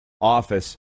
office